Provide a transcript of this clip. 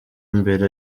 mbere